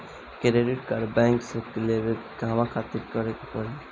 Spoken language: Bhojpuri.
क्रेडिट कार्ड बैंक से लेवे कहवा खातिर का करे के पड़ी?